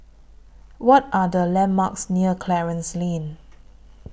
What Are The landmarks near Clarence Lane